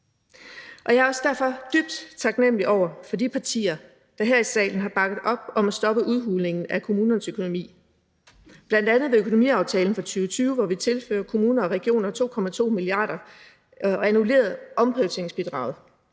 Jeg er derfor også dybt taknemlig over for de partier, der her i salen har bakket op om at stoppe udhulingen af kommunernes økonomi, bl.a. med økonomiaftalen for 2020, hvor vi tilførte kommuner og regioner 2,2 mia. kr. og annullerede omprioriteringsbidraget;